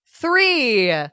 Three